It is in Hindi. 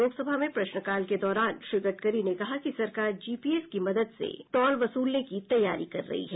लोकसभा में प्रश्नकाल के दौरान श्री गडकरी ने कहा कि सरकार जीपीएस की मदद से टोल वसूलने की तैयारी कर रही है